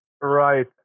Right